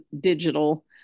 Digital